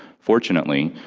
fortunately,